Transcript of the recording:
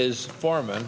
his foreman